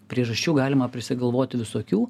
priežasčių galima prisigalvoti visokių